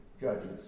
judges